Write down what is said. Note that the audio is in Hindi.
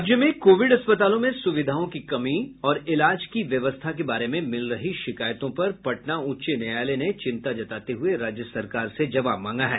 राज्य में कोविड अस्पतालों में सुविधाओं की कमी और इलाज की व्यवस्था के बारे में मिल रही शिकायतों पर पटना उच्च न्यायालय ने चिंता जताते हुए राज्य सरकार से जवाब मांगा है